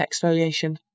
exfoliation